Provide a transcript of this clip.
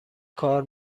کار